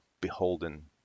beholden